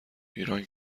ایران